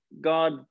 God